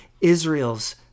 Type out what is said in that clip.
Israel's